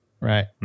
Right